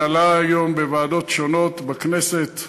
זה עלה היום בוועדות שונות בכנסת,